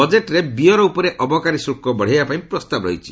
ବଜେଟ୍ରେ ବିୟର୍ ଉପରେ ଅବକାରୀ ଶୁଲ୍କ ବଢ଼ାଇବା ପାଇଁ ପ୍ରସ୍ତାବ ରହିଛି